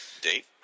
date